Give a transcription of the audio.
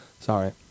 Sorry